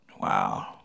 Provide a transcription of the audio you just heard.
wow